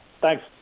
Thanks